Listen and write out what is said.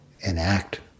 enact